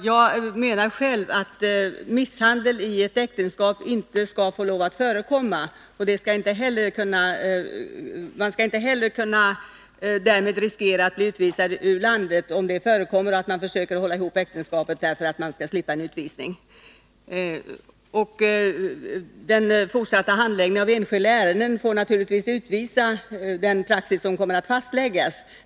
Jag menar att misshandel i ett äktenskap inte skall få lov att förekomma, men om det förekommer skall man inte av rädsla för risken att bli utvisad ur landet behöva försöka hålla ihop ett äktenskap. Den fortsatta handläggningen av enskilda ärenden får naturligtvis utvisa vilken praxis som kommer att fastläggas.